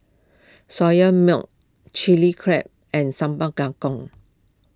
Soya Milk Chilli Crab and Sambal Kangkong